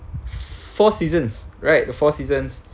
four seasons right four seasons